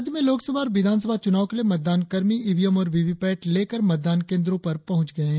राज्य में लोक सभा और विधानसभा चुनाव के लिए मतदान कर्मी ईवीएम और वीवीपैट लेकर मतदान केंद्रों पर पहुंच गए हैं